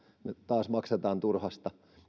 ja taas maksetaan turhasta